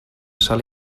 sòl